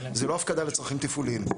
זה לא הפקדה לצרכים תפעוליים.